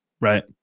Right